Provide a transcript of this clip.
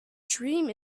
dream